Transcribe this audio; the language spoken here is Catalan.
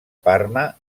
parma